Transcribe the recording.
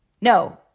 No